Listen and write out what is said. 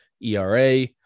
ERA